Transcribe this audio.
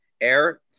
air